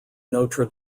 notre